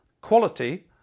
quality